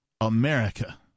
America